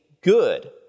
good